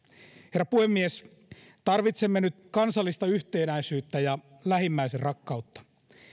herra puhemies tarvitsemme nyt kansallista yhtenäisyyttä ja lähimmäisenrakkautta